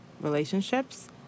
relationships